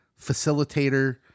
facilitator